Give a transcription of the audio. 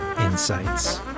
Insights